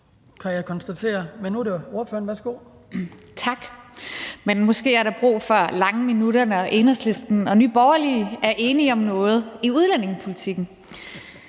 kan jeg konstatere. Men nu er det ordføreren. Værsgo. Kl. 12:24 Rosa Lund (EL): Tak. Men måske er der brug for lange minutter, når Enhedslisten og Nye Borgerlige er enige om noget i udlændingepolitikken.